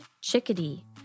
chickadee